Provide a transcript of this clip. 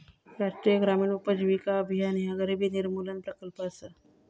राष्ट्रीय ग्रामीण उपजीविका अभियान ह्या गरिबी निर्मूलन प्रकल्प असा